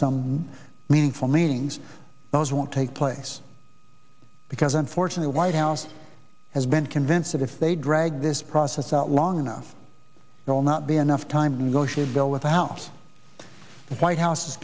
some meaningful meetings those won't take place because unfortunately white house has been convinced that if they drag this process out long enough they will not be enough time to go should bill without the white house